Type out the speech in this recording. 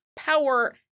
Power